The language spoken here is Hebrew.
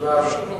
תודה רבה.